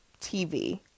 TV